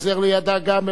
ועוזר לידה גם,